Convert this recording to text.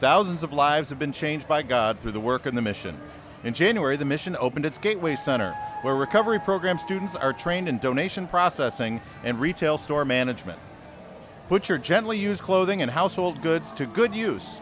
thousands of lives have been changed by god through the work of the mission in january the mission opened its gateway center where recovery program students are trained in donation processing and retail store management put your gently used clothing and household goods to good use